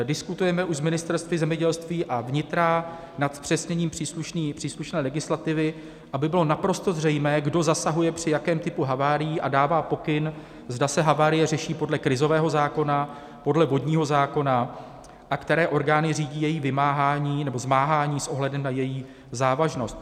Diskutujeme už s ministerstvy zemědělství a vnitra nad zpřesněním příslušné legislativy, aby bylo naprosto zřejmé, kdo zasahuje při jakém typu havárií a dává pokyn, zda se havárie řeší podle krizového zákona, podle vodního zákona a které orgány řídí její vymáhání nebo zmáhání s ohledem na její závažnost.